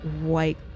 white